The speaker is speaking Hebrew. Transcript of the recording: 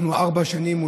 אנחנו ארבע שנים,